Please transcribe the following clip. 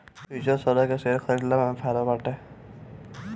futures सौदा के share खरीदला में फायदा बाटे